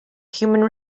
human